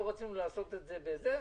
לא רצינו לעשות את זה בזה,